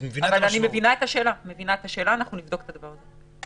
אבל אני מבינה את השאלה ואנחנו נבדוק את הדבר הזה.